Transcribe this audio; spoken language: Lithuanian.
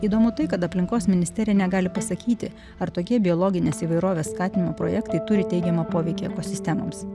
įdomu tai kad aplinkos ministerija negali pasakyti ar tokie biologinės įvairovės skatinimo projektai turi teigiamą poveikį ekosistemoms